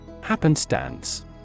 Happenstance